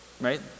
right